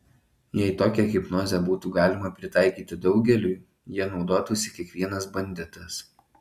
jei tokią hipnozę būtų galima pritaikyti daugeliui ja naudotųsi kiekvienas banditas